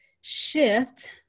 shift